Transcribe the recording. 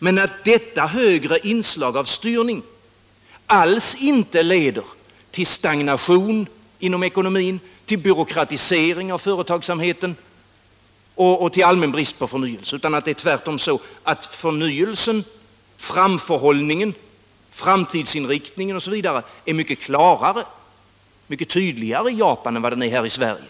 Men detta större inslag av styrning leder inte alls till stagnation inom ekonomin, till byråkratisering av företagsamheten och allmän brist på förnyelse, utan förnyelsen, framförhållningen, framtidsinriktningen osv. är mycket tydligare i Japan än i Sverige.